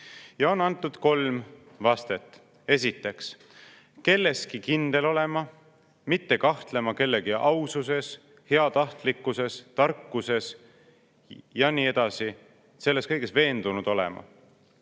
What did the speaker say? seal on antud kolm vastet: esiteks, kelleski kindel olema, mitte kahtlema kellegi aususes, heatahtlikkuses, tarkuses ja nii edasi, selles kõiges veendunud olema;